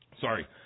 Sorry